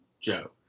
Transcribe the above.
Joe